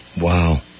wow